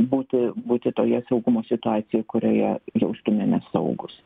būti būti toje saugumo situacija kurioje jaustumėmės saugūs